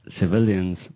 civilians